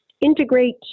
integrate